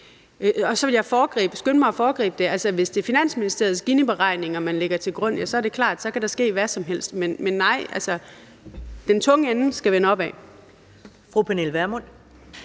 skynde mig at foregribe det. Hvis det er Finansministeriets Giniberegninger, man lægger til grund, så er det klart, at der kan ske hvad som helst. Men nej, den tunge ende skal vende opad.